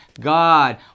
God